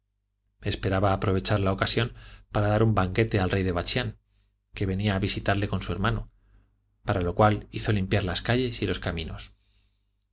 aprovechar la ocasión para dar un banquete al rey de bachián que venía a visitarle con su hermano para lo cual hizo limpiar las calles y los caminos